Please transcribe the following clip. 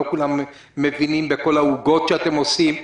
לא כולם מבינים בכל העוגות שאתם עושים.